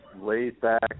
laid-back